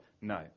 No